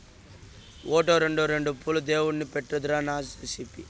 ఓటో, రోండో రెండు పూలు దేవుడిని పెట్రాదూ నీ నసాపి